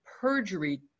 perjury